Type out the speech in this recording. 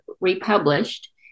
republished